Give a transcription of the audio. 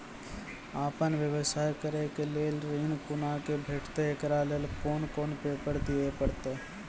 आपन व्यवसाय करै के लेल ऋण कुना के भेंटते एकरा लेल कौन कौन पेपर दिए परतै?